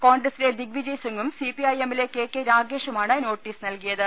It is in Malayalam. കോൺഗ്രസിലെ ദിഗ് വിജയ് സിംഗും സിപിഐഎമ്മിലെ കെ കെ രാഗേഷുമാണ് നോട്ടീസ് നൽകിയത്